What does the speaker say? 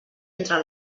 entre